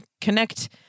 connect